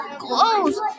close